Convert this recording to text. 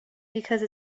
because